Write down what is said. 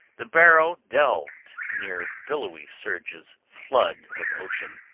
the barrow delved near billowy surges, flood of ocean.